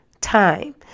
time